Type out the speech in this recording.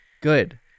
Good